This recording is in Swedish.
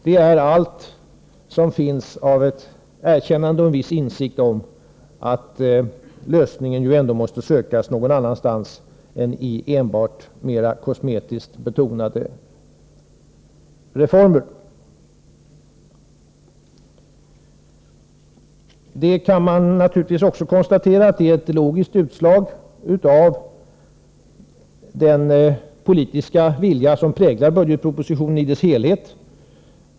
Det är allt som finns av erkännande och viss insikt om att lösningen ändå måste sökas någon annanstans än i enbart kosmetiskt betonade reformer. Man kan naturligtvis också konstatera att detta är ett logiskt utslag av den politiska vilja som präglar budgetpropositionen i dess helhet.